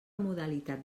modalitat